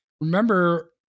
remember